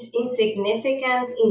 insignificant